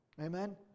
Amen